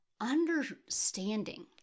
understanding